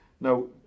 Now